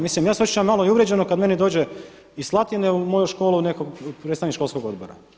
Mislim, ja se osjećam i malo uvrijeđeno kada meni dođe iz Slatine u moju školu netko predstavnik školskog odbora.